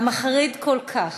המחריד כל כך: